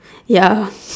ya